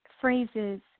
phrases